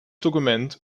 dokument